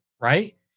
right